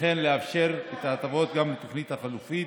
וכן לאפשר את ההטבות גם לתוכנית החלופית